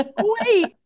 wait